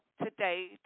today